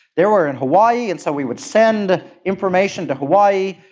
they were in hawaii, and so we would send information to hawaii.